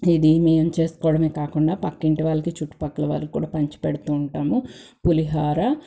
ఇది మేము చేసుకోవడమే కాకుండా పక్కింటి వాళ్లకి చుట్టుపక్కల వాళ్లకి కూడా పంచిపెడుతూ ఉంటాము పులిహోర